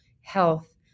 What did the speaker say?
health